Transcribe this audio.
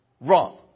wrong